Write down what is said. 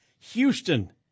Houston